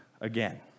again